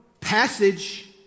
passage